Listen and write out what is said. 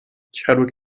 chadwick